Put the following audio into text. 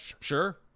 sure